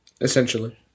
essentially